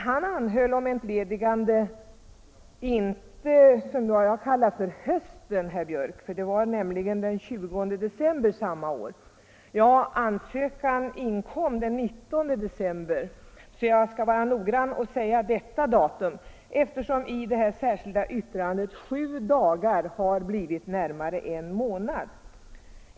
Han anhöll om entledigande, inte på hösten, herr Björck, utan den 20 december — ja 19 december samma år för att vara exakt. I detta särskilda yttrande har sju dagar blivit närmare en månad.